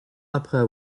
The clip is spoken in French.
après